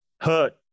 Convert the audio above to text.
hurt